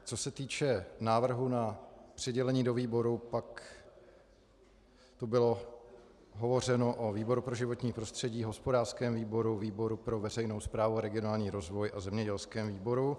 Co se týče návrhu na přidělení do výboru, pak tu bylo hovořeno o výboru pro životní prostředí, hospodářském výboru, výboru pro veřejnou správu a regionální rozvoj a zemědělském výboru.